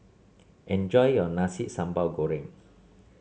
enjoy your Nasi Sambal Goreng